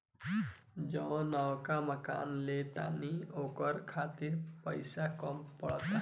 जवन नवका मकान ले तानी न ओकरा खातिर पइसा कम पड़त बा